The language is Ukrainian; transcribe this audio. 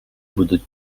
будуть